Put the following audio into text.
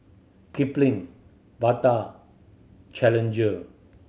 Kipling Bata Challenger